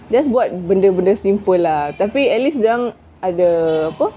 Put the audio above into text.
just buat benda-benda simple lah tapi at least dorang ada apa